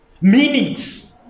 meanings